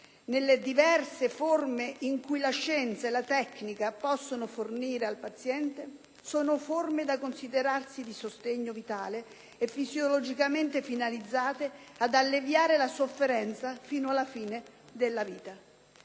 nelle diverse forme in cui la scienza e la tecnica possono fornirle al paziente, sono da considerare forme di sostegno vitale e fisiologicamente finalizzate ad alleviare la sofferenza fino alla fine della vita.